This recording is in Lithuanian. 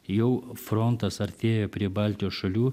jau frontas artėja prie baltijos šalių